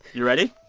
you ready?